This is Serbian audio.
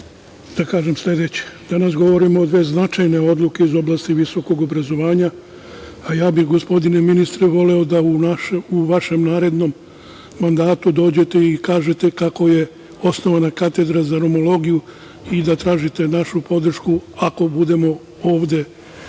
da kažem sledeće. Danas govorimo o dve značajne odluke iz oblasti visokog obrazovanja, a ja bih gospodine ministre voleo da u vašem narednom mandatu dođete i kažete kako je osnovana katedra za romologiju i da tražite našu podršku, ako budemo ovde među